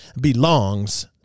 belongs